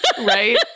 Right